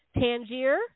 Tangier